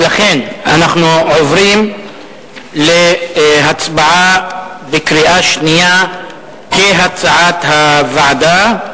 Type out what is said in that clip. ולכן אנחנו עוברים להצבעה בקריאה שנייה כהצעת הוועדה.